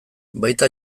baita